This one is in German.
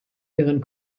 ihren